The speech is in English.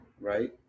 right